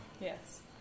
Yes